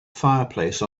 fireplace